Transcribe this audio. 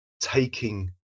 taking